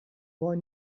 boy